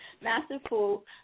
masterful